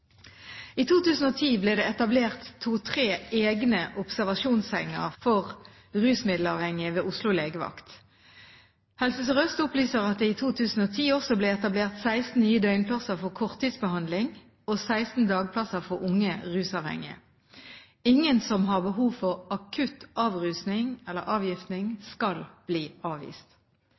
I 2010 ble det etablert to–tre egne observasjonssenger for rusmiddelavhengige ved Oslo legevakt. Helse Sør-Øst opplyser at det i 2010 også ble etablert 16 nye døgnplasser for korttidsbehandling og 16 dagplasser for unge rusavhengige. Ingen som har behov for akutt avrusning eller avgiftning, skal bli avvist.